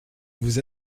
vous